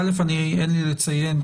אין לי אלא לציין,